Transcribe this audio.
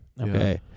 Okay